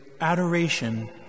adoration